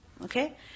okay